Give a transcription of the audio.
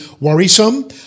worrisome